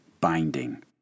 binding